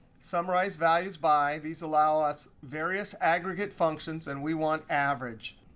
summarize values by, these allow us various aggregate functions. and we want average.